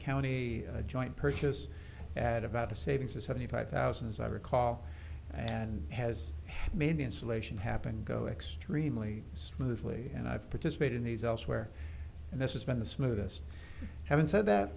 county joint purchase had about a savings of seventy five thousand as i recall and has made the installation happen go extremely smoothly and i've participated in these elsewhere and this has been the smoothest having said